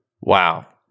Wow